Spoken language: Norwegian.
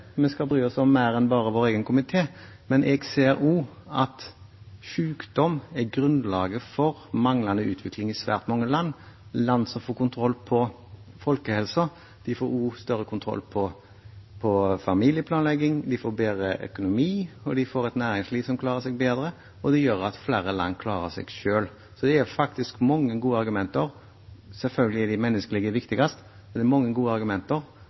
vi skal bry oss om mer enn bare vår egen komité. Jeg ser også at sykdom er grunnlaget for manglende utvikling i svært mange land. Land som får kontroll med folkehelsen, får også mer kontroll med familieplanlegging, de får bedre økonomi, og de får et næringsliv som klarer seg bedre. Det gjør at flere land klarer seg selv. Så det er faktisk mange gode argumenter, selvfølgelig er de menneskelige viktigst, men det er mange gode argumenter